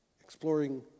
Exploring